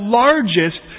largest